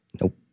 Nope